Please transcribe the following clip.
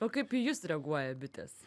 o kaip į jus reaguoja bitės